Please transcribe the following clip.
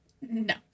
No